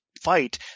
fight